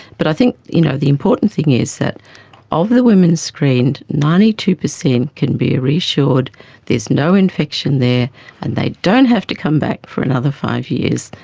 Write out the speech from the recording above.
but i think you know the important thing is that of the women screened, ninety two percent can be reassured there's no infection there and they don't have to come back for another five years,